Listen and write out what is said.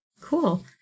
Cool